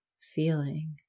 feeling